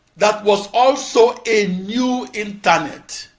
that was also a new internet,